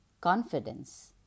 confidence